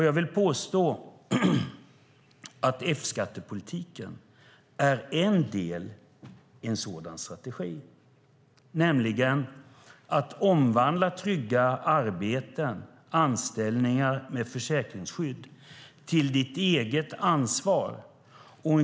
Jag vill påstå att F-skattepolitiken är en del i strategin, nämligen att omvandla trygga anställningar med försäkringsskydd till att man själv har det fulla ansvaret.